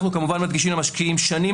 אנחנו, כמובן, מדגישים למשקיעים שנים